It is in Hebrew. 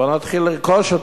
בואו נתחיל לרכוש אותם,